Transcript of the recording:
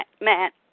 Matt